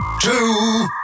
two